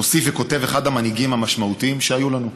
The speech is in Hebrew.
מוסיף וכותב אחד המנהיגים המשמעותיים שהיו לנו.